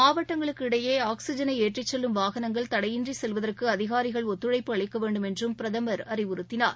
மாவட்டங்களுக்கு இடையே ஆக்ஸிஜனை ஏற்றிச் செல்லும் வாகனங்கள் தடையின்றி செல்வதற்கு அதிகாரிகள் ஒத்துழைப்பு அளிக்க வேண்டும் என்றும் பிரதமர் அறிவுறுத்தினார்